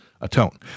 atone